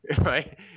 right